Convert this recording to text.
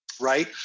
right